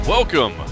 Welcome